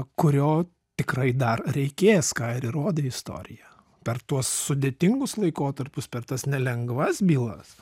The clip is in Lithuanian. kurio tikrai dar reikės ką ir įrodė istorija per tuos sudėtingus laikotarpius per tas nelengvas bylas